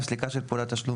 "סליקה" של פעולת תשלום,